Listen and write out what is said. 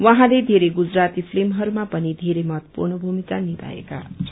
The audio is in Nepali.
उहाँले धेरै गुजराती फिल्महरूमा पनि धेरै महत्वपूर्ण भूमिका निभाएका छन्